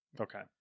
okay